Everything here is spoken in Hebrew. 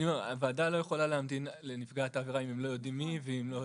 הוועדה לא יכולה להמתין לנפגעת העבירה אם הם לא יודעים מי היא.